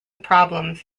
problems